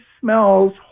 smells